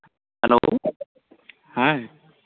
hello ᱦᱮᱸ